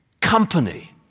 company